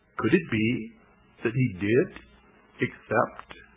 could it be that he did accept